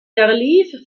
verlief